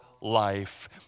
life